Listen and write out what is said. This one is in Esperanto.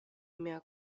mia